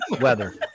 weather